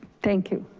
thank you.